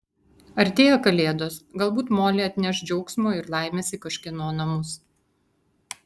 artėja kalėdos galbūt molė atneš džiaugsmo ir laimės į kažkieno namus